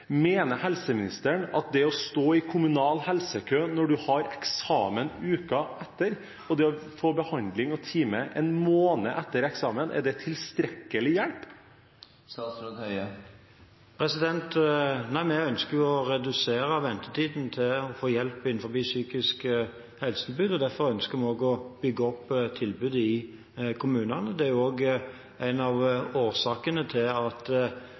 Mener helseministeren at det å stå i kommunal helsekø når man har eksamen uka etter, og få time og behandling en måned etter eksamen, er tilstrekkelig hjelp? Nei, vi ønsker å redusere ventetiden for å få hjelp innenfor det psykiske helsetilbudet, og derfor ønsker vi også å bygge opp tilbudet i kommunene. Det er også en av årsakene til at